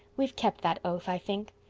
we've kept that oath, i think.